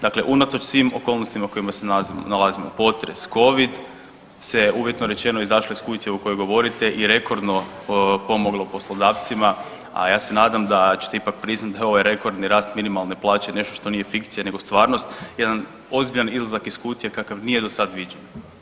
Dakle, unatoč svim okolnostima u kojima se nalazimo, potres, covid, sve je uvjetno rečeno izašlo iz kutije o kojoj govorite i rekordno pomoglo poslodavcima, a ja se nadam da ćete ipak priznat da je ovaj rekordni rast minimalne plaće nešto što nije fikcija nego stvarnost, jedan ozbiljan izlazak iz kutije kakav nije do sad viđen.